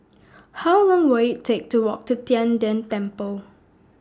How Long Will IT Take to Walk to Tian De Temple